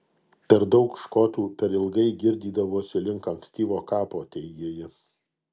per daug škotų per ilgai girdydavosi link ankstyvo kapo teigė ji